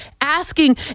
asking